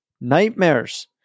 Nightmares